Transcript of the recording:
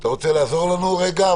אתה רוצה לעזור לנו בקצרה?